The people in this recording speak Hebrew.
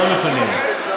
לא מפנים.